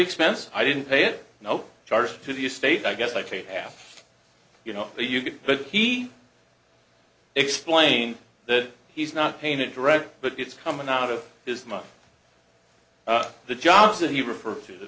expense i didn't pay it no charge to the estate i guess like a half you know you could but he explained that he's not painted direct but it's coming out of his mouth the jobs that he referred to that